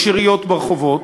יש יריות ברחובות.